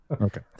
Okay